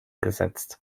gesetzt